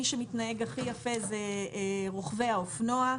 מי שמתנהג הכי יפה אלה הם רוכבי האופנוע.